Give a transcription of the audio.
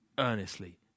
earnestly